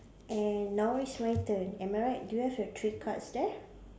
and now it's my turn am I right do you have your three cards there